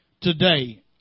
today